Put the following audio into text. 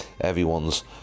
everyone's